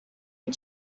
and